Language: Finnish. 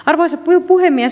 arvoisa puhemies